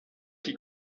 qui